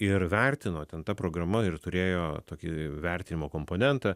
ir vertino ten ta programa ir turėjo tokį vertinimo komponentą